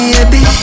Baby